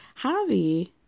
Javi